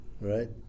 right